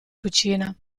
cucina